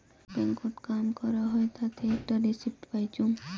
ব্যাংকত কাম করং হউ তাতে আকটা রিসিপ্ট পাইচুঙ